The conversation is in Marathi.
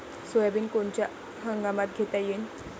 सोयाबिन कोनच्या हंगामात घेता येईन?